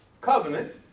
covenant